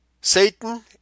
Satan